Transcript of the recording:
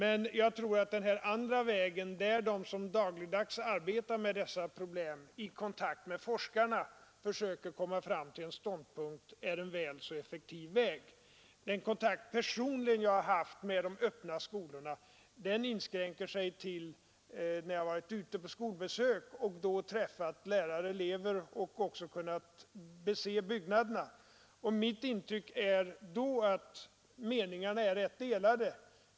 En annan och väl så effektiv väg är att de som dagligen arbetar med dessa problem i kontakt med forskarna försöker komma fram till en ståndpunkt. Min personliga kontakt med de öppna skolorna inskränker sig till skolbesök, då jag har träffat lärare och elever och också kunnat bese byggnaderna. Mitt intryck är att meningarna är rätt delade.